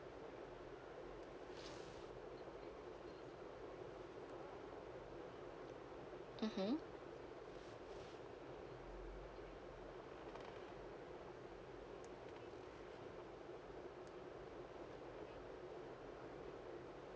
mmhmm